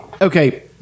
okay